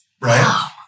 Right